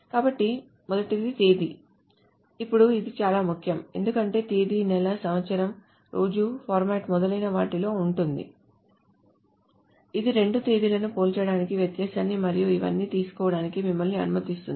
కాబట్టి మొదటిది తేదీ ఇప్పుడు ఇది చాలా ముఖ్యం ఎందుకంటే తేదీ నెల సంవత్సరం రోజు ఫార్మాట్ మొదలైన వాటిలో ఉంటుంది ఇది రెండు తేదీలను పోల్చడానికి వ్యత్యాసాన్ని మరియు ఇవన్నీ తీసుకోవడానికి మిమ్మల్ని అనుమతిస్తుంది